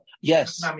Yes